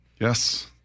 Yes